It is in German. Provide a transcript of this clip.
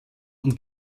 und